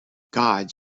gods